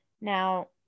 now